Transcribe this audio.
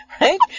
Right